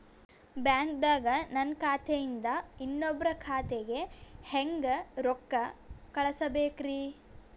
ಬ್ಯಾಂಕ್ದಾಗ ನನ್ ಖಾತೆ ಇಂದ ಇನ್ನೊಬ್ರ ಖಾತೆಗೆ ಹೆಂಗ್ ರೊಕ್ಕ ಕಳಸಬೇಕ್ರಿ?